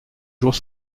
jours